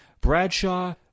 Bradshaw